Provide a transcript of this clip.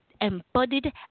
embodied